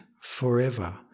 forever